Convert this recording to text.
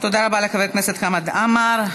תודה רבה לחבר הכנסת חמד עמאר.